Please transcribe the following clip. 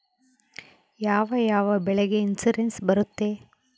ಯಾವ ಯಾವ ಬೆಳೆಗೆ ಇನ್ಸುರೆನ್ಸ್ ಬರುತ್ತೆ?